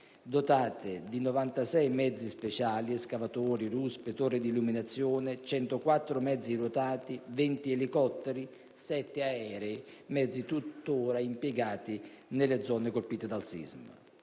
dotate di 96 mezzi speciali (escavatori, ruspe, torri di illuminazione); 104 mezzi ruotati; 20 elicotteri e 7 aerei (mezzi tuttora impiegati nelle zone colpite dal sisma)